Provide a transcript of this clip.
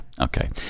okay